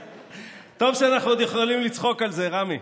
טוב שאנחנו עוד יכולים לצחוק על זה, רמי.